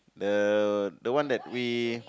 the the one that we